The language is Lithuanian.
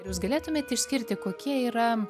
ar jūs galėtumėt išskirti kokie yra